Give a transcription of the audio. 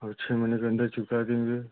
और छः महीने के अंदर चुका देंगे